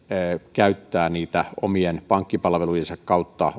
käyttää niitä omien pankkipalveluidensa kautta